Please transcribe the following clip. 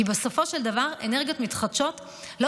כי בסופו של דבר אנרגיות מתחדשות לא